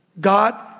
God